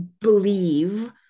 believe